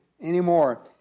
anymore